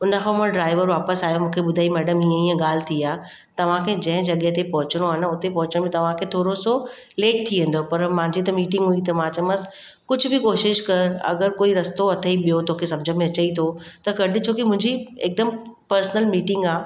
हुन खां मां ड्राइवर वापसि आहियो मूंखे ॿुधाईं मैडम हीअं हीअं ॻाल्हि थी आहे तव्हांखे जंहिं जॻहि ते पहुचिणो आहे न उते पहुचण में तव्हांखे थोरो सो लेट थी वेंदो पर मुंहिंजी त मीटिंग हुई त मां चयोमांसि कुझु बि कोशिशि कर अगरि कोई रस्तो अथईं ॿियों तोखे सम्झ में अचई थो त कढ छोकी मुंहिंजी हिकदमि पर्सनल मीटिंग आहे